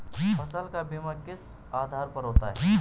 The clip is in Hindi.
फसल का बीमा किस आधार पर होता है?